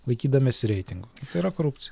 vaikydamiesi reitingų tai yra korupcija